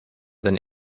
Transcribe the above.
than